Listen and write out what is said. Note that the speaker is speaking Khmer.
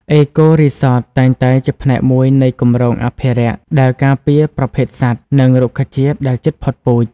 អេកូរីសត តែងតែជាផ្នែកមួយនៃគម្រោងអភិរក្សដែលការពារប្រភេទសត្វ និងរុក្ខជាតិដែលជិតផុតពូជ។